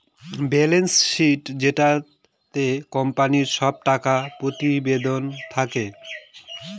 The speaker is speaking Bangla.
বেলেন্স শীট যেটাতে কোম্পানির সব টাকা প্রতিবেদন থাকে